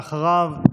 ואחריו,